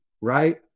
right